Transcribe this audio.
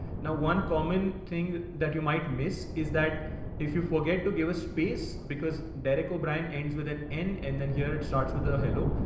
now, one common thing that you might miss is that if you forget to give a space, because deco brian ends with an n and then here, it starts with ah a halo.